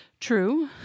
True